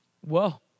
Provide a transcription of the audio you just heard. Whoa